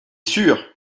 sûr